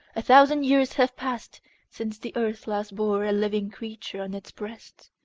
a thousand years have passed since the earth last bore a living creature on its breast,